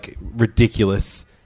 ridiculous